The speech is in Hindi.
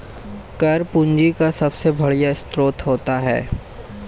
कर पूंजी का सबसे बढ़िया स्रोत होता है